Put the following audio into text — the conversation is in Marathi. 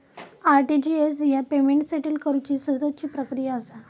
आर.टी.जी.एस ह्या पेमेंट सेटल करुची सततची प्रक्रिया असा